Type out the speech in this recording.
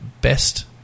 best